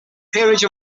peerage